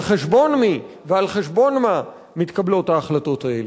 על חשבון מי ועל חשבון מה מתקבלות ההחלטות האלה.